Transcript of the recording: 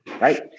Right